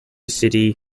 city